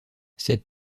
cette